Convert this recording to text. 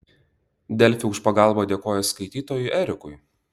delfi už pagalbą dėkoja skaitytojui erikui